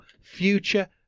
future